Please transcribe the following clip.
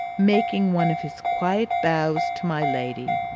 making one of his quiet bows to my lady,